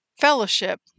fellowship